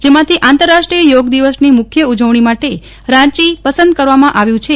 જમાંથી આંતરરાષ્ટ્રીય યોગ દિવસની મૂખ્ય ઉજવણી માટે રાંચી પસંદ કરવામાં આવ્યું છે